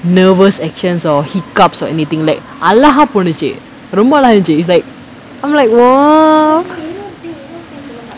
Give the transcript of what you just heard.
nervous actions or hiccups or anything like அழகா போனுச்சு ரொம்ப அழகா இருந்துச்சு:alagaa ponuchu romba alagaa irunthuchu is like I'm like oh